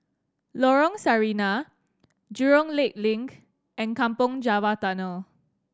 Lorong Sarina Jurong Lake Link and Kampong Java Tunnel